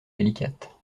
délicate